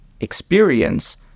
experience